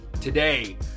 Today